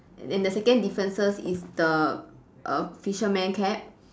and the second differences is the err fisherman cap